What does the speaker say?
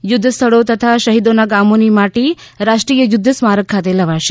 યુદ્ધ સ્થળો તથા શહીદોના ગામોની માટી રાષ્ટ્રીય યુદ્ધ સ્મારક ખાતે લવાશે